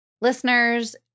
Listeners